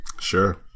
Sure